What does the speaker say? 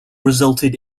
resulted